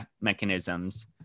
mechanisms